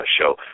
show